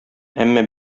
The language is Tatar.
әмма